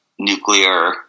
nuclear